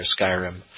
Skyrim